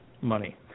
money